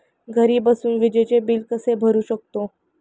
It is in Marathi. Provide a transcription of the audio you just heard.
घरी बसून विजेचे बिल कसे भरू शकतो?